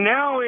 Now